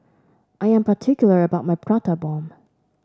I am particular about my Prata Bomb